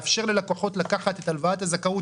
לאפשר ללקוחות לקחת את הלוואת הזכאות